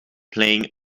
playing